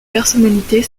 personnalités